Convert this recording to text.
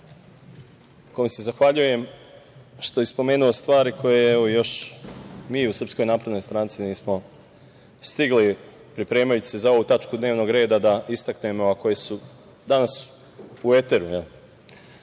kome se zahvaljujem što je spomenuo stvari koje još mi u SNS nismo stigli, pripremajući se za ovu tačku dnevnog reda, da istaknemo, a koje su danas u eteru.